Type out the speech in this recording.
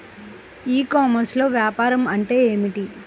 ఈ కామర్స్లో వ్యాపారం అంటే ఏమిటి?